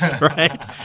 right